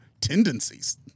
tendencies